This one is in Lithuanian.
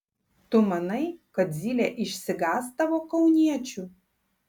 tu manai kad zylė išsigąs tavo kauniečių